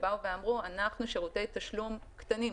אנחנו שירותי תשלום קטנים,